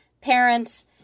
parents